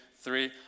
three